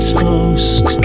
toast